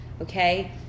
okay